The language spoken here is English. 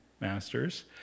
masters